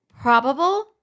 probable